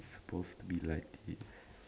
supposed to be like it